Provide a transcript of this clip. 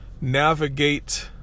navigate